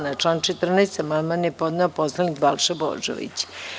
Na član 14. amandman je podneo narodni poslanik Balša Božović.